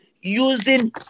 Using